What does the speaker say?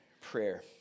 prayer